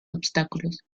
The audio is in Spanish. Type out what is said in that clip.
obstáculos